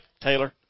taylor